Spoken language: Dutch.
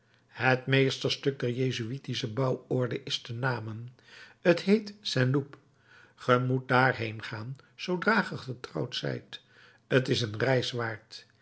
het meesterstuk der jezuïetische bouworde is te namen t heet saint loup ge moet daarheen gaan zoodra ge getrouwd zijt t is een